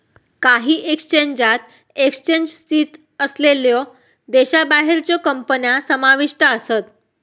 काही एक्सचेंजात एक्सचेंज स्थित असलेल्यो देशाबाहेरच्यो कंपन्या समाविष्ट आसत